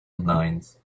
lines